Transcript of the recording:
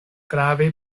grave